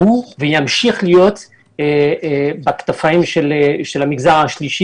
הווה ותמשיך להיות על כתפי המגזר השלישי